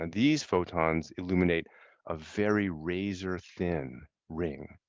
and these photons illuminate a very razor thin ring.